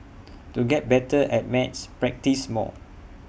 to get better at maths practise more